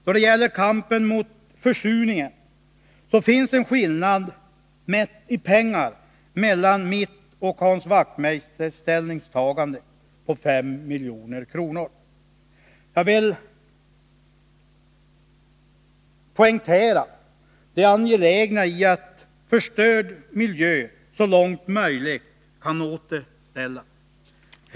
När det gäller kampen mot försurningen finns en skillnad, mätt i pengar, mellan mitt och Hans Wachtmeisters ställningstagande på 5 milj.kr. Jag vill poängtera det angelägna i att förstörd miljö så långt som möjligt kan återställas.